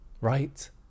right